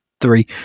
three